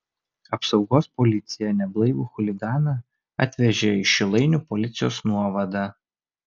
apsaugos policija neblaivų chuliganą atvežė į šilainių policijos nuovadą